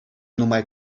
нумай